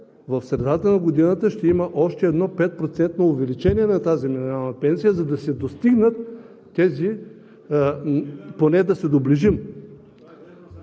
в средата на годината ще има още едно 5% увеличение на тази минимална пенсия, за да се достигнат или поне да се доближим…